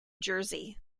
jersey